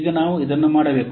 ಈಗ ನಾವು ಇದನ್ನು ಮಾಡಬೇಕು